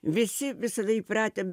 visi visada įpratę